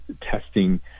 testing